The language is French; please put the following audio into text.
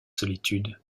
solitude